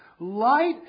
Light